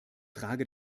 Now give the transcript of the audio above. frage